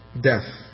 death